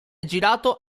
girato